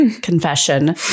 confession